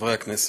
חברי הכנסת,